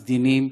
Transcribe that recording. הסדינים,